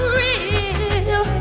real